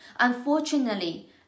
Unfortunately